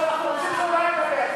עכשיו אנחנו רוצים שהוא לא ידבר.